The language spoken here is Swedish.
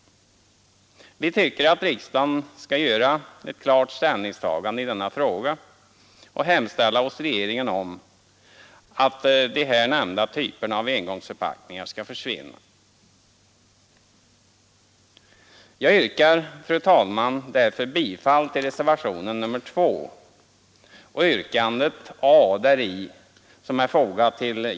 Vi tycker att riksdagen skall göra ett klart ställningstagande i denna fråga och hemställa hos regeringen om att de här nämnda typerna av engångsförpackningar skall försvinna. Jag yrkar därför, fru talman, bifall till reservationen 2.